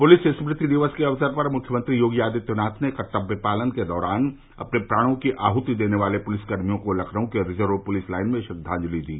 police स्मृति दिवस के अवसर पर मुख्यमंत्री योगी आदित्यनाथ ने कर्तव्यपालन के दौरान अपने प्राणों की आहुति देने वाले पुलिसकर्मियों को लखनऊ के रिजर्व पुलिस लाइन में श्रद्वांजलि दी